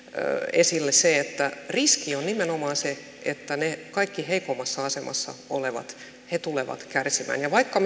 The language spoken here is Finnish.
esille se että riski on nimenomaan se että ne kaikkein heikoimmassa asemassa olevat tulevat kärsimään vaikka